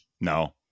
no